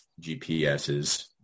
GPSs